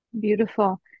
Beautiful